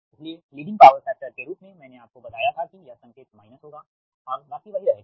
इसलिए leading power factor के रूप में मैंने आपको बताया था कि यह संकेत माइनस होगा और बाकी वही रहेगा